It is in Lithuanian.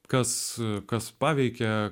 kas kas paveikia